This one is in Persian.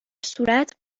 صورت